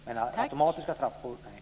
Men automatiska trappor? Nej.